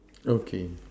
okay